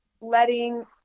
letting